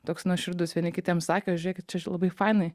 toks nuoširdus vieni kitiems sakė žiūrėkit čia labai fainai